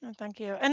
and thank you. and,